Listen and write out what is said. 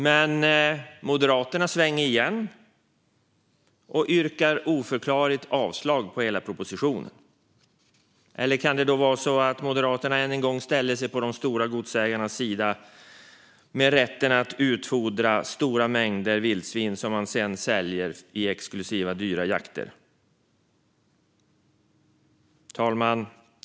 Men Moderaterna svänger igen och yrkar oförklarligt avslag på hela propositionen. Kan det vara så att Moderaterna än en gång ställer sig på de stora godsägarnas sida när det handlar om rätten att utfodra stora mängder vildsvin för att de sedan ska kunna sälja exklusiva och dyra jakter? Fru talman!